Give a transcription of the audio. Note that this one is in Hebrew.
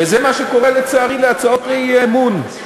וזה מה שקורה, לצערי, להצעות האי-אמון.